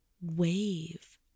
wave